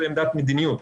וזו עמדת מדיניות.